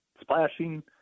splashing